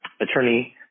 attorney